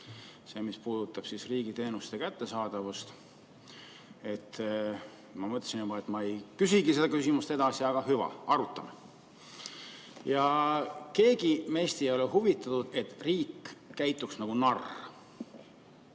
sellele, mis puudutab riigiteenuste kättesaadavust. Ma mõtlesin, et ma ei küsigi enam seda küsimust, aga hüva, arutame. Keegi meist ei ole huvitatud, et riik käituks nagu narr.